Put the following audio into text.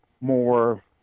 more